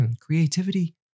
Creativity